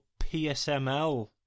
PSML